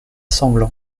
sanglant